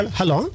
hello